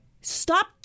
Stop